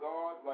God